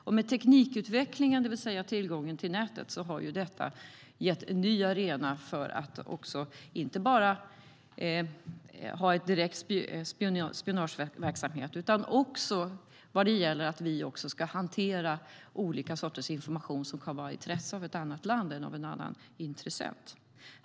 Och med teknikutvecklingen, det vill säga tillgången till nätet, har det blivit en ny arena inte bara för en direkt spionageverksamhet. Det handlar också om att vi ska hantera olika sorters information som kan vara av intresse för ett annat land eller en annan intressent.